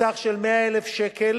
בסך 100,000 שקל